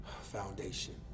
foundation